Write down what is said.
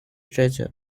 treasure